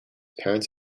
parents